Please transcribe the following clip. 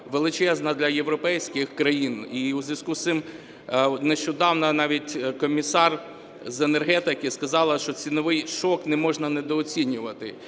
величезна для європейських країн. І у зв'язку з цим нещодавно навіть комісар з енергетики сказала, що ціновий шок не можна недооцінювати.